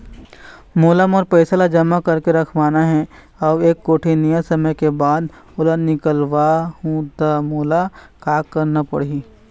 मोला मोर पैसा ला जमा करके रखवाना हे अऊ एक कोठी नियत समय के बाद ओला निकलवा हु ता मोला का करना पड़ही?